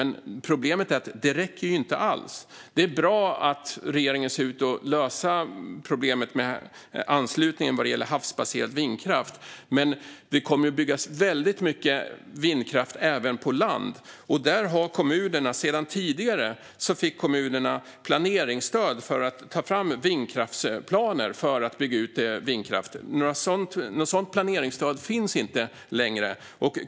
Men problemet är att det inte alls räcker. Det är bra att regeringen ser ut att lösa problemet med anslutningen vad gäller havsbaserad vindkraft, men det kommer att byggas mycket vindkraft även på land. Där har kommunerna sedan tidigare planeringsstöd för att ta fram vindkraftsplaner för att bygga ut vindkraft. Något sådant planeringsstöd finns inte längre.